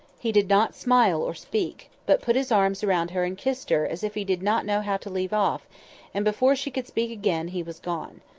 he did not smile or speak, but put his arms round her and kissed her as if he did not know how to leave off and before she could speak again, he was gone.